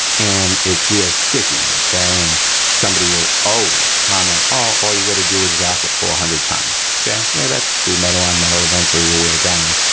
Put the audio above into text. and it's real sticky, okay. and somebody will always comment, oh, all you gotta do is rack it four hundred times, okay. yeah, that's true. metal on metal eventually will wear down.